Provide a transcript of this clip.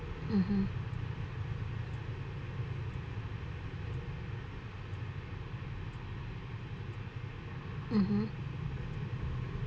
mmhmm mmhmm